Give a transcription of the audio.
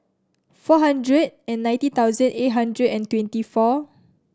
four hundred and ninety thousand eight hundred and twenty four